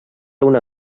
una